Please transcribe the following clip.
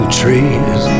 trees